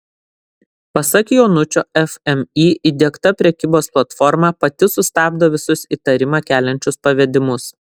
pasak jonučio fmį įdiegta prekybos platforma pati sustabdo visus įtarimą keliančius pavedimus